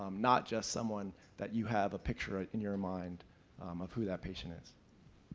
um not just someone that you have a picture in your mind of who that patient is.